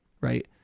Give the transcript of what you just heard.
right